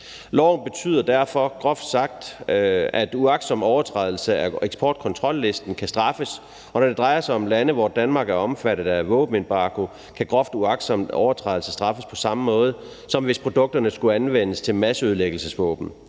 betyder derfor groft sagt, at uagtsom overtrædelse af eksportkontrollisten kan straffes. Og når det drejer sig om lande, hvor Danmark er omfattet af våbenembargo, kan groft uagtsom overtrædelse straffes på samme måde, som hvis produkterne skulle anvendes til masseødelæggelsesvåben.